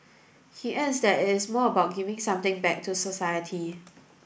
he adds that it is more about giving something back to society